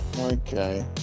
Okay